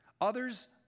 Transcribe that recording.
Others